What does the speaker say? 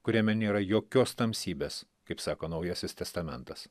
kuriame nėra jokios tamsybės kaip sako naujasis testamentas